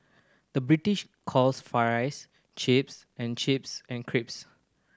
the British calls fries chips and chips and crisps